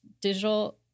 digital